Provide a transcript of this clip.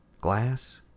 glass